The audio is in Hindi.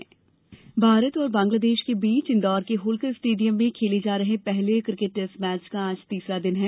किकेट भारत और बांग्लादेश के बीच इंदौर के होलकर स्टेडियम में खेले जा रहे पहले क्रिकेट टेस्ट मैच का आज तीसरा दिन है